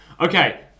Okay